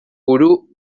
buru